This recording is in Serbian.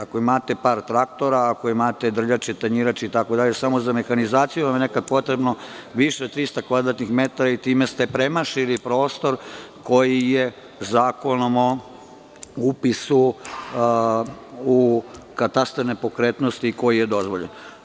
Ako imate par traktora, ako imate drljače, tanjirače itd, samo za mehanizaciju vam je nekad potrebno više od 300 kvadratnih metara i time ste premašili prostor koji je Zakonomo upisu u katastar nepokretnosti dozvoljen.